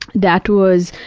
that was,